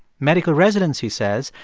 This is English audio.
medical residents, he says,